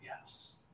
yes